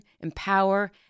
empower